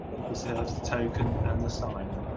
he preserves to token and the sign